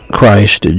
Christ